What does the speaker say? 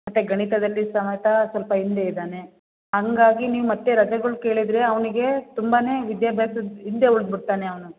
ಮತ್ತು ಗಣಿತದಲ್ಲಿ ಸಹಿತ ಸ್ವಲ್ಪ ಹಿಂದೆ ಇದ್ದಾನೆ ಹಂಗಾಗಿ ನೀವು ಮತ್ತೆ ರಜೆಗಳು ಕೇಳಿದ್ರೆ ಅವ್ನಿಗೆ ತುಂಬಾನೇ ವಿದ್ಯಾಭ್ಯಾಸದ ಹಿಂದೆ ಉಳ್ದು ಬಿಡ್ತಾನೆ ಅವನು